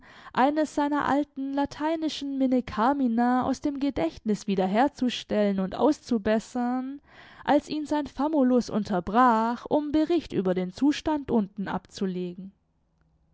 eines seiner alten lateinischen minnecarmina aus dem gedächtnis wieder herzustellen und auszubessern als ihn sein famulus unterbrach um bericht über den zustand unten abzulegen